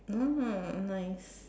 ah nice